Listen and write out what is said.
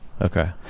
Okay